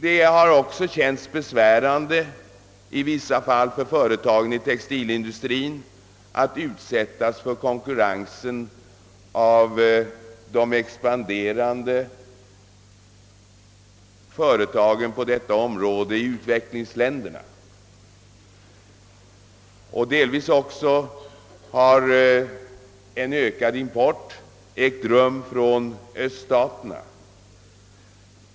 Det har också känts besvärande i vissa fall för företag inom textilindustrien att utsättas för konkurrensen från de expanderande företagen på detta område i utvecklingsländerna, och delvis har också en ökad import ägt rum från öststaterna.